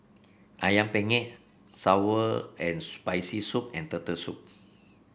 ayam penyet sour and Spicy Soup and Turtle Soup